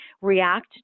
react